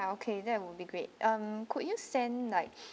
ah okay that would be great um could you send like